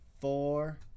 four